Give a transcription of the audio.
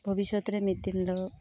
ᱵᱷᱚᱵᱤᱥᱥᱚᱛ ᱨᱮ ᱢᱤᱫ ᱫᱤᱱ ᱦᱤᱞᱳᱜ